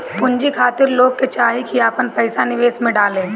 पूंजी खातिर लोग के चाही की आपन पईसा निवेश में डाले